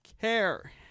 care